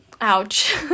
ouch